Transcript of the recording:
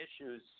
issues